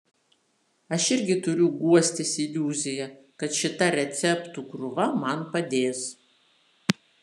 aš irgi turiu guostis iliuzija kad šita receptų krūva man padės